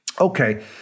Okay